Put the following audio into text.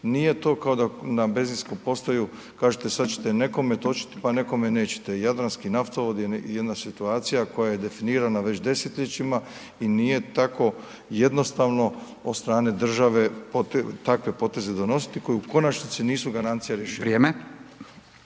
nije to kao da na benzinsku postaju kažete sad ćete nekome točit, pa nekome nećete, Jadranski naftovod je jedna situacija koja je definirana već desetljećima i nije tako jednostavno od strane države takve poteze donositi koji u konačnici nisu garancija rješenja.